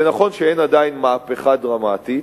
זה נכון שאין עדיין מהפכה דרמטית.